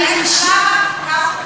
דין רציפות, כמה חוקים.